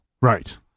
Right